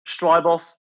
Strybos